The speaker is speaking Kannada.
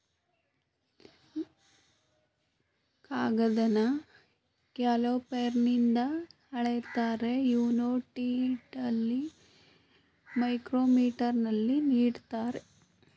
ಕಾಗದನ ಕ್ಯಾಲಿಪರ್ನಿಂದ ಅಳಿತಾರೆ, ಯುನೈಟೆಡಲ್ಲಿ ಮೈಕ್ರೋಮೀಟರಲ್ಲಿ ನೀಡ್ತಾರೆ